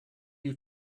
you